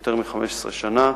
יותר מ-15 שנה.